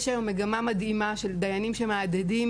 יש היום מגמה מדהימה של דיינים שמהדהדים